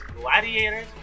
Gladiators